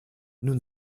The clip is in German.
nun